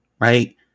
right